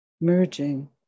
merging